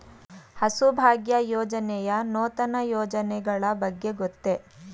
ಹಸುಭಾಗ್ಯ ಯೋಜನೆಯ ನೂತನ ಯೋಜನೆಗಳ ಬಗ್ಗೆ ಗೊತ್ತೇ?